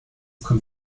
kommt